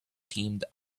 teamed